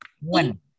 One